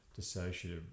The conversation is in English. dissociative